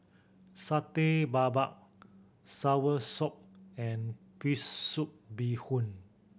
Satay Babat soursop and fish soup bee hoon